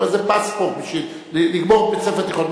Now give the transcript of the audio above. הוא היה אומר לי: זה פספורט בשביל לגמור בית-ספר תיכון.